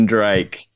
Drake